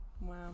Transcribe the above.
Wow